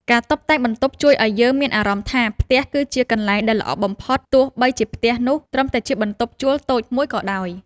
ការតុបតែងបន្ទប់ជួយឱ្យយើងមានអារម្មណ៍ថា ផ្ទះគឺជាកន្លែងដែលល្អបំផុត ទោះបីជាផ្ទះនោះត្រឹមតែជាបន្ទប់ជួលតូចមួយក៏ដោយ។